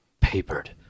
papered